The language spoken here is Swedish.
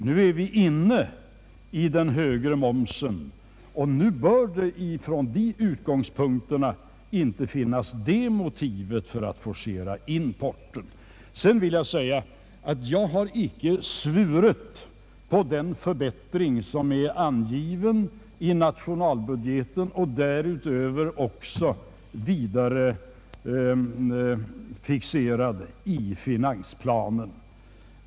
Nu har den högre momsen börjat tillämpas och nu bör det alltså från de utgångspunkterna inte finnas samma motiv för att forcera importen. Sedan vill jag säga att jag icke har svurit på den förbättring som är angiven i nationalbudgeten och därutöver vidare fixerad i finansplanen.